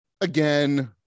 again